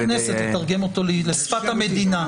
אולי נבקש מהכנסת לתרגם אותו לשפת המדינה.